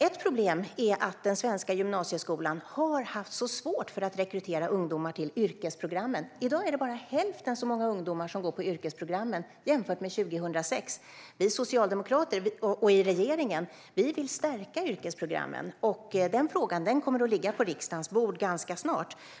Ett problem är att den svenska gymnasieskolan har haft så svårt att rekrytera ungdomar till yrkesprogrammen. I dag är det bara hälften så många ungdomar som går på yrkesprogrammen jämfört med 2006. Vi socialdemokrater och regeringen vill stärka yrkesprogrammen. Den frågan kommer att ligga på riksdagens bord ganska snart.